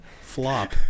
Flop